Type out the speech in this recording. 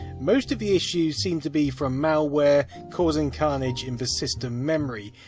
most of the issues seem to be from malware causing carnage in the system memory.